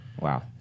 Wow